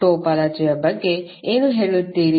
ಟೋಪೋಲಜಿಯ ಬಗ್ಗೆ ಏನು ಹೇಳುತ್ತೀರಿ